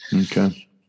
Okay